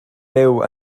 byw